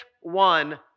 one